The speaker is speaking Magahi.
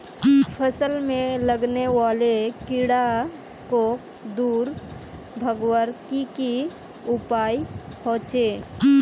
फसल में लगने वाले कीड़ा क दूर भगवार की की उपाय होचे?